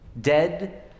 dead